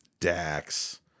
Dax